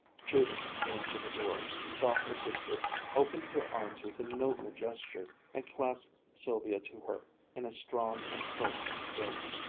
judith came to the door, saw her sister, opened her arms with a noble gesture, and clasped sylvia to her in a strong and close embrace.